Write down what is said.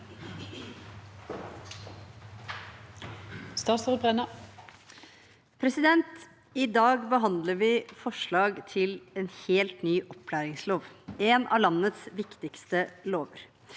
I dag behandler vi forslag til en helt ny opplæringslov, en av landets viktigste lover.